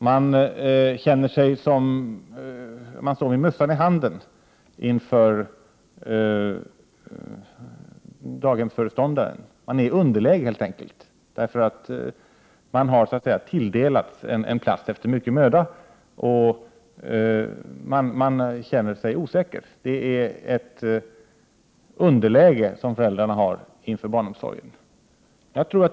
Man känner sig som att man står med mössan i handen inför daghemsföreståndaren. Man är helt enkelt i underläge, därför att man efter mycket möda har så att säga tilldelats en plats och man känner sig osäker. Föräldrarna befinner sig i ett underläge i förhållande till barnomsorgen.